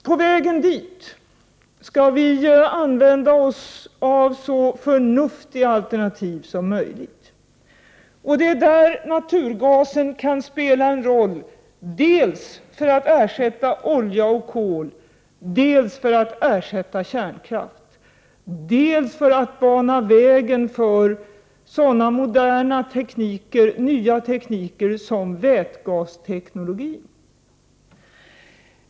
På vägen dit skall vi använda oss av så förnuftiga alternativ som möjligt, och det är där naturgasen kan spela en roll, dels för att ersätta olja och kol, dels för att ersätta kärnkraft, dels för att bana väg för sådana moderna nya tekniker som vätgasteknologin.